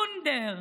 קונרד,